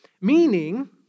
Meaning